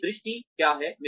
मेरी दृष्टि क्या है